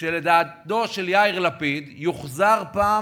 שלדעתו של יאיר לפיד יוחזרו פעם